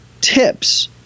tips